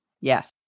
Yes